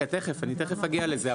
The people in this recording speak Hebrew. תיכף אגיע לזה,